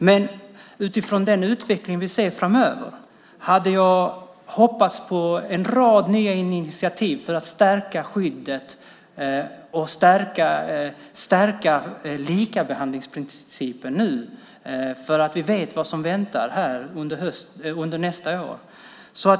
Men utifrån den utveckling vi kan se framöver hade jag hoppats på en rad nya initiativ för att stärka skyddet och stärka likabehandlingsprincipen. Vi vet ju vad som väntar under nästa år.